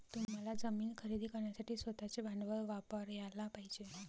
तुम्हाला जमीन खरेदी करण्यासाठी स्वतःचे भांडवल वापरयाला पाहिजे